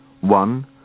One